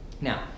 Now